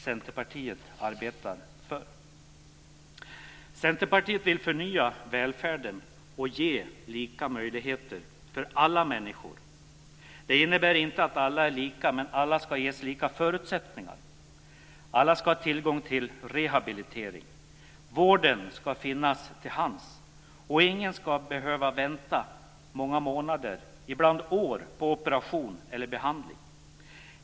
Centerpartiet vill förnya välfärden och ge lika möjligheter för alla människor. Det innebär inte att alla är lika men att alla ska ges lika förutsättningar. Alla ska ha tillgång till rehabilitering. Vården ska finnas till hands, och ingen ska behöva vänta många månader, ibland rent av år, på operation eller behandling.